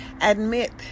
admit